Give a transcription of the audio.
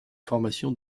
formation